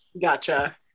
Gotcha